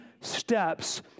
steps